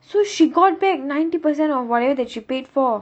so she got back ninety percent or whatever that she paid for